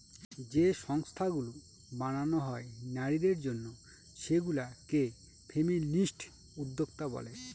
যে সংস্থাগুলো বানানো হয় নারীদের জন্য সেগুলা কে ফেমিনিস্ট উদ্যোক্তা বলে